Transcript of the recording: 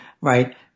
right